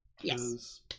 Yes